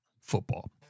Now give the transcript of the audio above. Football